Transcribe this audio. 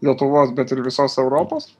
lietuvos bet ir visos europos